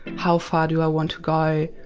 how far do i want to go?